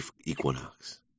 equinox